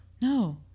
No